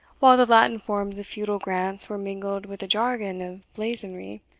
while the latin forms of feudal grants were mingled with the jargon of blazonry,